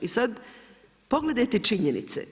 I sad, pogledajte činjenice.